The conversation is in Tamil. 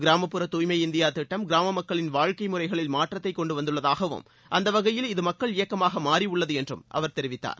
கிராமப்புற தூய்மை இந்தியா திட்டம் கிராம மக்களின் வாழ்க்கை முறைகளில் மாற்றத்தைக்கொண்டு வந்துள்ளதாகவும் அந்த வகையில் இது மக்கள் இயக்கமாக மாறி உள்ளது என்றும் அவர் தெரிவித்தார்